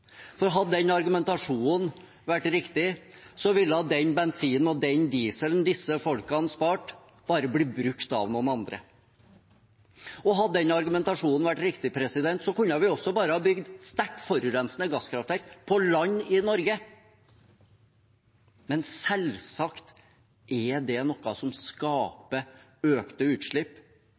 Hadde den argumentasjonen vært riktig, ville den bensinen og den dieselen disse folkene sparte, bare blitt brukt av noen andre. Og hadde den argumentasjonen vært riktig, kunne vi også bare bygd sterkt forurensende gasskraftverk på land i Norge. Men selvsagt er det noe som skaper økte utslipp